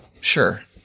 Sure